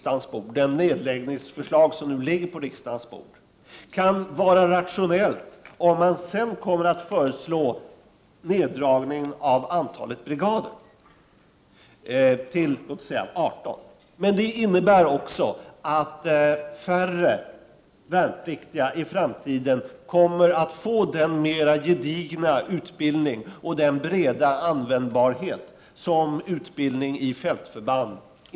Det nedläggningsförslag som nu ligger på riksdagens bord kan vara rationellt om man senare föreslår en neddragning av antalet brigader till låt oss säga 18. Men det betyder också att färre värnpliktiga i framtiden kommer att få den mer gedigna utbildning som fältförbandsutbildningen innebär.